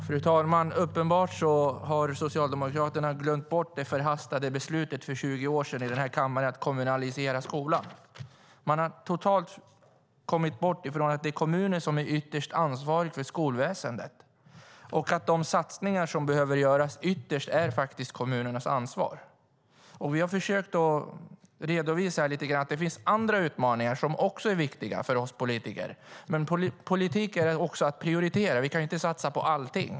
Fru talman! Uppenbarligen har Socialdemokraterna glömt bort det förhastade beslutet i den här kammaren för 20 år sedan att kommunalisera skolan. Man har totalt kommit bort från att det är kommunerna som är ytterst ansvariga för skolväsendet och att de satsningar som ytterst behöver göras är kommunernas ansvar. Vi har försökt redovisa att det finns andra utmaningar som är viktiga för oss politiker. Men politik är också att prioritera - vi kan inte satsa på allting.